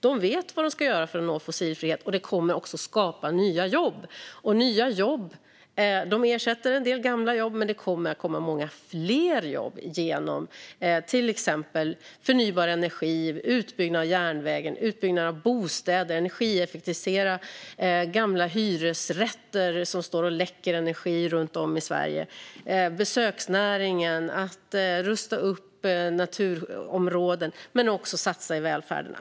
De vet vad de ska göra för att nå fossilfrihet. Detta kommer att skapa nya jobb. De nya jobben ersätter en del gamla jobb, men det kommer även många fler jobb genom till exempel förnybar energi, utbyggnad av järnvägen, byggnation av bostäder, energieffektivisering av gamla hyresrätter som runt om i Sverige står och läcker energi, satsningar på besöksnäringen genom upprustning av naturområden liksom även satsningar på välfärden.